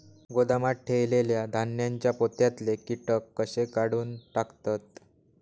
गोदामात ठेयलेल्या धान्यांच्या पोत्यातले कीटक कशे काढून टाकतत?